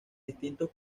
distintos